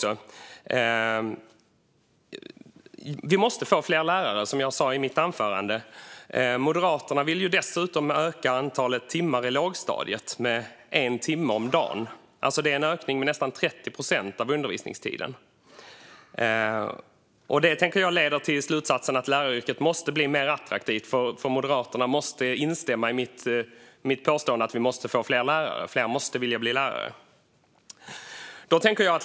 Som jag sa i mitt anförande måste vi få fler lärare. Moderaterna vill dessutom öka antalet timmar i lågstadiet med en timme om dagen, vilket är en ökning av undervisningstiden med nästan 30 procent. Detta leder till slutsatsen att läraryrket måste bli mer attraktivt, för Moderaterna måste instämma i mitt påstående att fler måste vilja bli lärare.